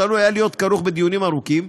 שעלול היה להיות כרוך בדיונים ארוכים,